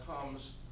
comes